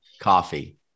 coffee